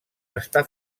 està